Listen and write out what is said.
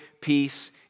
peace